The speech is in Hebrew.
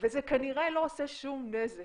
וזה כנראה לא עושה שום נזק.